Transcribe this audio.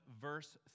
verse